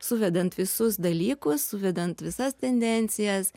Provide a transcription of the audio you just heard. suvedant visus dalykus suvedant visas tendencijas